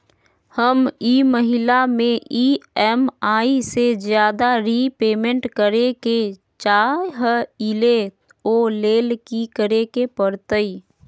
हम ई महिना में ई.एम.आई से ज्यादा रीपेमेंट करे के चाहईले ओ लेल की करे के परतई?